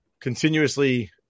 continuously